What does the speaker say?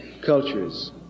cultures